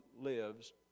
lives